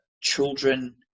children